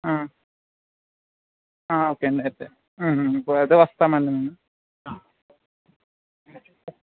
okay అండి అయితే అదే వస్తామండి నేను